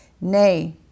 Nay